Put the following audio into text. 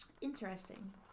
interesting